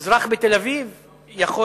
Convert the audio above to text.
אזרח בתל-אביב יכול